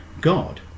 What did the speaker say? God